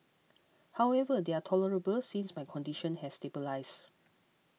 however they are tolerable since my condition has stabilised